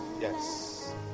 Yes